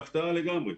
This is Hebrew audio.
בהפתעה לגמרי.